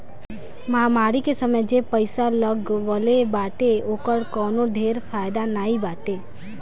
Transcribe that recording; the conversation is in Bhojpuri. महामारी के समय जे पईसा लगवले बाटे ओकर कवनो ढेर फायदा नाइ बाटे